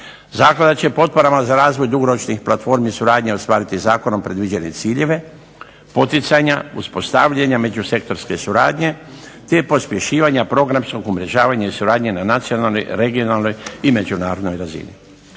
Zaklada će potporama za razvoj dugoročnih platformi i suradnje ostvariti zakonom predviđene ciljeve poticanja, uspostavljanja međusektorske suradnje te pospješivanja programskog umrežavanja i suradnje na nacionalnoj, regionalnoj i međunarodnoj razini.